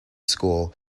school